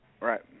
Right